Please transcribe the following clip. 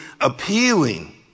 appealing